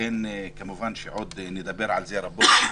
כמובן עוד נדבר על זה רבות,